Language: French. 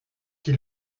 qui